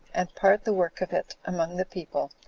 and part the work of it among the people,